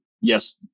yes